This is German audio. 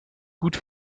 gut